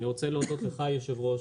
אני רוצה להודות לך יושב הראש,